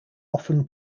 often